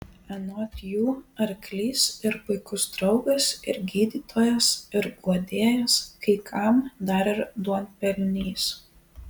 anot jų arklys ir puikus draugas ir gydytojas ir guodėjas kai kam dar ir duonpelnys